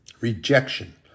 rejection